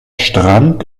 strand